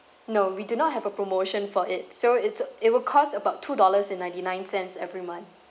no we do not have a promotion for it so it's it will cost about two dollars and ninety nine cents every month